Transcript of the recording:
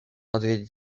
odwiedzić